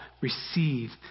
receive